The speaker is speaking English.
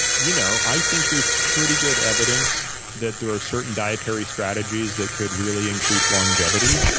you know i think there's pretty good evidence that there are certain dietary strategies that could really increase longevity,